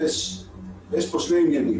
יש פה שני עניינים.